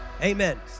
Amen